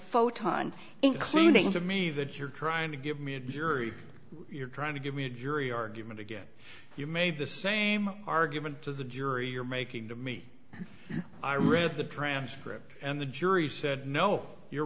photon including to me that you're trying to give me a jury you're trying to give me a jury argument again you made the same argument to the jury you're making to me i read the transcript and the jury said no you're